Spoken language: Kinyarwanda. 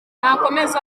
nakomeza